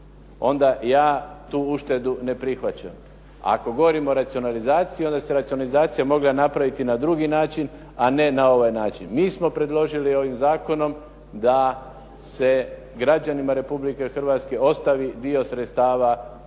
onda ja tu uštedu ne prihvaćam. Ako govorimo o racionalizaciji, onda se racionalizacija mogla napraviti na drugi način, a ne na ovaj način. Mi smo predložili ovim zakonom da se građanima Republike Hrvatske ostavi dio sredstava u